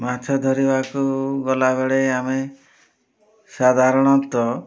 ମାଛ ଧରିବାକୁ ଗଲାବେଳେ ଆମେ ସାଧାରଣତଃ